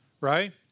right